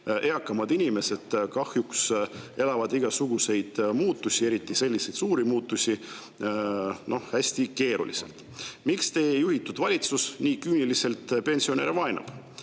Eakamad inimesed kahjuks elavad igasuguseid muutusi, eriti selliseid suuri muutusi, hästi keeruliselt. Miks teie juhitud valitsus nii küüniliselt pensionäre vaenab?